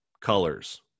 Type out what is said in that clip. Colors